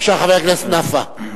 בבקשה, חבר הכנסת נפאע.